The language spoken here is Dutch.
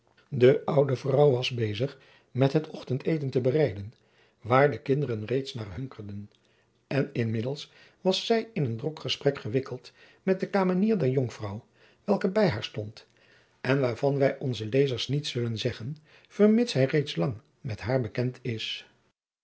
de oude vrouw was bezig met het ochtendeten te bereiden waar de kinderen reeds naar hunkerden en inmiddels was zij in een drok gesprek gewikkeld met de kamenier der jonkvrouw welke bij haar stond en waarvan wij onzen lezer niets zullen zeggen vermits hij reeds lang met haar bekend is